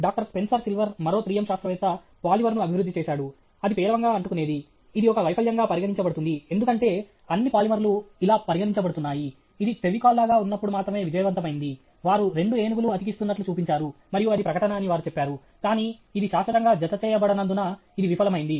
doctor Spencer Silver మరో 3M శాస్త్రవేత్త polymer ను అభివృద్ధి చేశాడు అది పేలవంగా అంటుకునేది ఇది ఒక వైఫల్యంగా పరిగణించబడుతుంది ఎందుకంటే అన్ని పాలిమర్లు ఇలా పరిగణించబడుతున్నాయి ఇది ఫెవికోల్ లాగా ఉన్నప్పుడు మాత్రమే విజయవంతమైంది వారు రెండు ఏనుగులు అతికిస్తున్నట్లు చూపించారు మరియు అది ప్రకటన అని వారు చెప్పారు కానీ ఇది శాశ్వతంగా జతచేయబడనందున ఇది విఫలమైంది